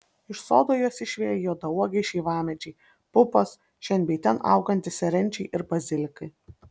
iš sodo juos išveja juodauogiai šeivamedžiai pupos šen bei ten augantys serenčiai ir bazilikai